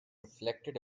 reflected